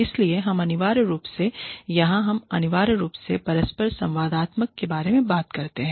इसलिए हम अनिवार्य रूप से यहां हम अनिवार्य रूप से परस्पर संवादात्मक के बारे में बात कर रहे हैं